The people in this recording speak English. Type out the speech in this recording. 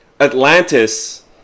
Atlantis